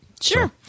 Sure